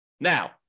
Now